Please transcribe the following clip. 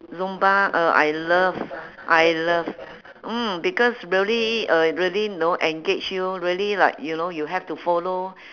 zumba uh I love I love mm because really uh really you know engage you really like you know you have to follow